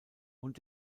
und